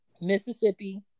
Mississippi